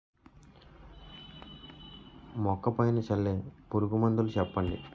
మొక్క పైన చల్లే పురుగు మందులు చెప్పండి?